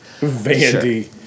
Vandy